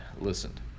listened